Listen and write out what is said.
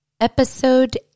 Episode